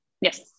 Yes